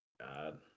God